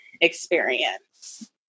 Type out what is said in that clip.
experience